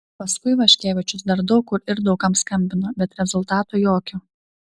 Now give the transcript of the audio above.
paskui vaškevičius dar daug kur ir daug kam skambino bet rezultato jokio